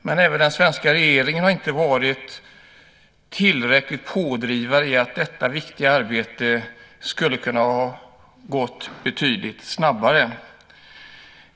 Men även den svenska regeringen har inte varit tillräckligt pådrivande i att detta viktiga arbete skulle ha kunnat gå betydligt snabbare.